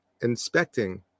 inspecting